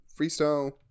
Freestyle